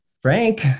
Frank